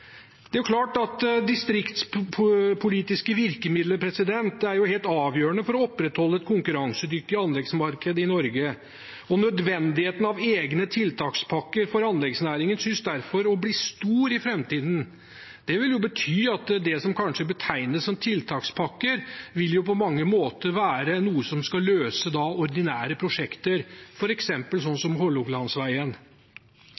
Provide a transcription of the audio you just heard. Det er klart at distriktspolitiske virkemidler er helt avgjørende for å opprettholde et konkurransedyktig anleggsmarked i Norge, og nødvendigheten av egne tiltakspakker for anleggsnæringen synes derfor å bli stor i framtiden. Det vil bety at det som kanskje betegnes som tiltakspakker, på mange måter vil være noe som skal løse ordinære prosjekter, f.eks. sånn